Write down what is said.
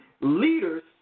leaders